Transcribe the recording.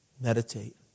meditate